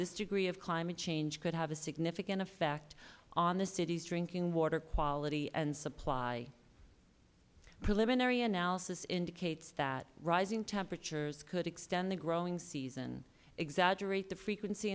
this degree of climate change could have a significant effect on the city's drinking water quality and supply preliminary analysis indicates that rising temperatures could extend the growing season exaggerate the frequency